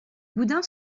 boudin